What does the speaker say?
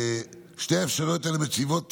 שתי האפשרויות האלה מציבות חסמים,